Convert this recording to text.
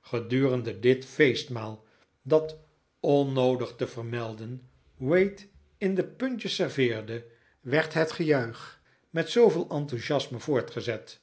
gedurende dit feestmaal dat onnoodig te vermelden wayte in de puntjes serveerde werd het gejuich met zooveel enthusiasme voortgezet